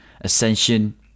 ascension